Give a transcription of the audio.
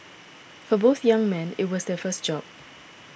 for both young men it was their first job